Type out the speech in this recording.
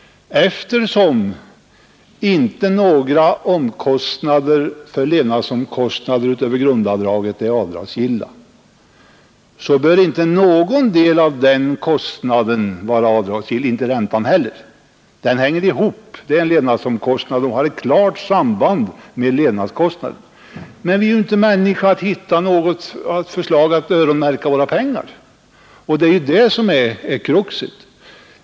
Eftersom inte några levnadsomkostnader utöver grundavdraget är avdragsgilla, bör inte någon del av den kostnaden vara avdragsgill liksom inte heller räntan. Den har ett klart samband med levnadsomkostnaderna. Men vi är inte människor att hitta ett sätt att öronmärka våra pengar. Det är detta som är kruxet.